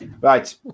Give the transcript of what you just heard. Right